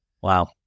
Wow